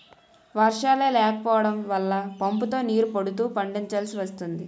వర్షాలే లేకపోడం వల్ల పంపుతో నీరు పడుతూ పండిచాల్సి వస్తోంది